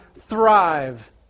thrive